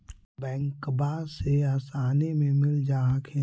बैंकबा से आसानी मे मिल जा हखिन?